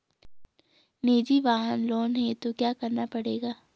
निजी वाहन लोन हेतु क्या करना पड़ेगा?